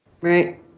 right